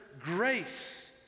grace